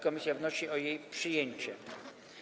Komisja wnosi o jej przyjęcie.